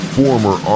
former